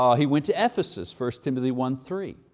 ah he went to ephesus, first timothy one three.